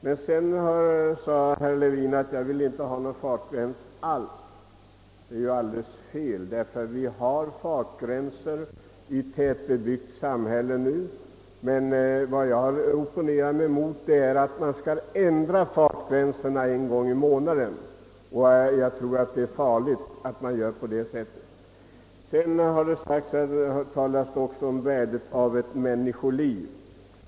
Herr Levin sade att jag inte vill ha någon fartgräns alls. Det är alldeles fel, ty vi har ju redan nu fartgränser i tättbebyggt samhälle. Vad jag opponerar mig mot är att man ändrar fartgränserna en gång i månaden — jag tror det är farligt att göra på det sättet. Det talas också om värdet av ett människoliv.